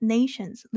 Nations